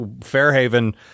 Fairhaven